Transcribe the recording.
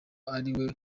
ari